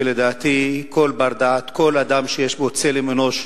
שלדעתי כל בר-דעת, כל אדם שיש בו צלם אנוש,